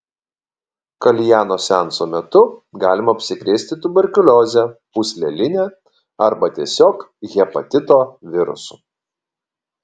kaljano seanso metu galima apsikrėsti tuberkulioze pūsleline arba tiesiog hepatito virusu